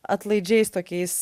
atlaidžiais tokiais